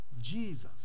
Jesus